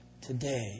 today